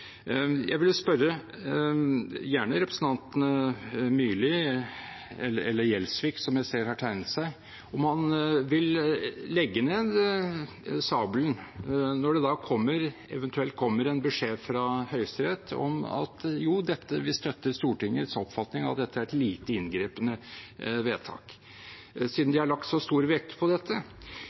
gjerne representanten Myrli eller representanten Gjelsvik, som jeg ser har tegnet seg – om de vil legge ned sabelen når det eventuelt kommer en beskjed fra Høyesterett om at jo, vi støtter Stortingets oppfatning av at dette er et lite inngripende vedtak, siden de har lagt så stor vekt på dette.